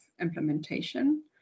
implementation